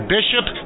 Bishop